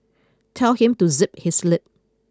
tell him to zip his lip